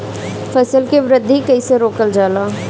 फसल के वृद्धि कइसे रोकल जाला?